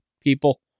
people